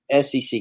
SEC